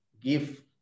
give